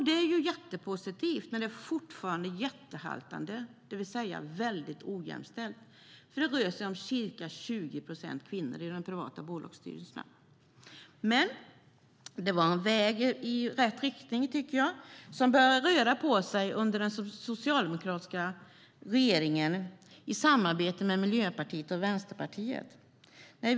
Det är mycket positivt, men fortfarande haltar det mycket - det är väldigt ojämställt. Det rör sig om ca 20 procent kvinnor i privata bolagsstyrelser. Men det var en väg i rätt riktning, tycker jag, när det började röra på sig under den socialdemokratiska regeringen i samarbete med Miljöpartiet och Vänsterpartiet.